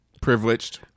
privileged